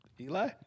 Eli